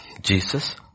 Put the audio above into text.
Jesus